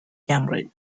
cambridge